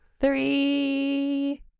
Three